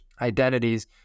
identities